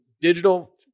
digital